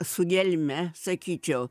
su gelme sakyčiau